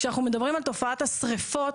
כשאנחנו מדברים על תופעת השריפות,